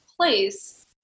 place